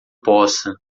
poça